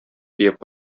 төяп